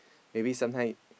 maybe sometime